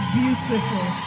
beautiful